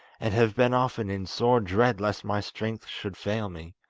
and have been often in sore dread lest my strength should fail me.